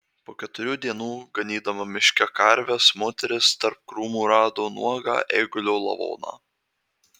po keturių dienų ganydama miške karves moteris tarp krūmų rado nuogą eigulio lavoną